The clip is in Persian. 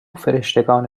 فرشتگان